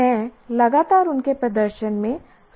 मैं लगातार उनके प्रदर्शन में सुधार कर सकता हूं